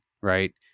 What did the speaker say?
right